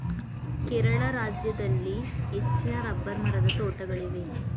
ಕೇರಳ ರಾಜ್ಯದಲ್ಲಿ ಹೆಚ್ಚಿನ ರಬ್ಬರ್ ಮರದ ತೋಟಗಳಿವೆ